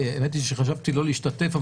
האמת היא שחשבתי שלא להשתתף.